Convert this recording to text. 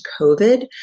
COVID